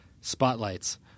Spotlights